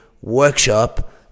workshop